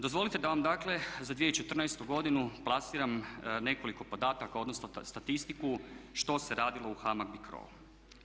Dozvolite da vam dakle za 2014.godinu plasiram nekoliko podataka, odnosno statistiku što se radilo u HAMAG BICRO-u.